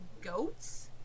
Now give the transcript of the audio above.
goats